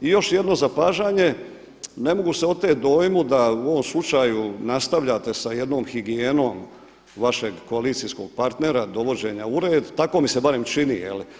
I još jedno zapažanje, ne mogu se oteti dojmu da u ovom slučaju nastavljate sa jednom higijenom vašeg koalicijskog partnera, dovođenja u red, tako mi se barem čini.